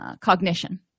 cognition